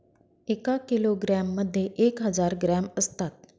एका किलोग्रॅम मध्ये एक हजार ग्रॅम असतात